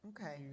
Okay